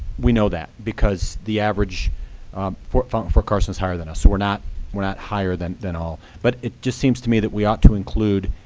we know that, because the average fort carson's higher than us, so we're not we're not higher than than all. but it just seems to me that we ought to include,